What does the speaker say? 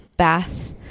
bath